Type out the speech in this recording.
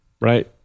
Right